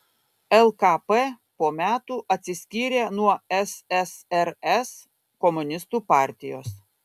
lkp po metų atsiskyrė nuo ssrs komunistų partijos